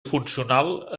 funcional